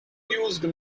used